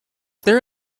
there